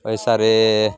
ପଇସାରେ